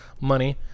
money